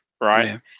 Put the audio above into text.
right